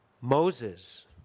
Moses